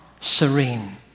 serene